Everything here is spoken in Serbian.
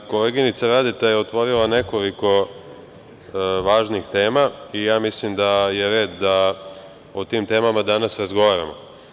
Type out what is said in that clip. Koleginica Radeta je otvorila nekoliko važnih tema i ja mislim da je red da o tim temama danas razgovaramo.